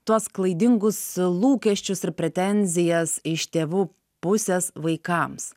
tuos klaidingus lūkesčius ir pretenzijas iš tėvų pusės vaikams